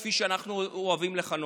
כפי שאנחנו אוהבים לכנות?